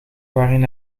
waarin